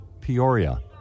Peoria